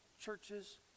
churches